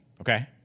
Okay